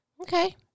okay